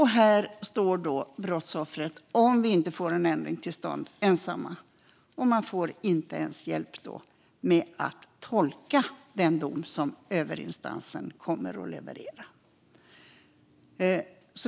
Här står brottsoffren ensamma om vi inte får en ändring till stånd. Man får inte ens hjälp med att tolka den dom som överinstansen kommer att leverera.